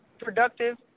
productive